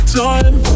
time